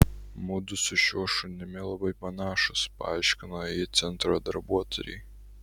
mudu su šiuo šunimi labai panašūs paaiškino ji centro darbuotojai